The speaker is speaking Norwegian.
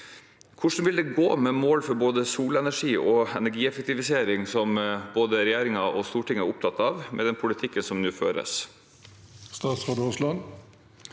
Hvordan vil det gå med mål for både solenergi og energieffektivisering, som både regjeringen og Stortinget er opptatt av, med den politikken som nå føres?